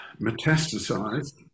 metastasized